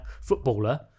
footballer